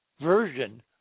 version